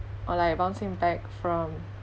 or like bouncing back from